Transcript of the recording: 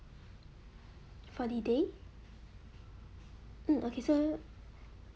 for the day mm okay so